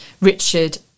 Richard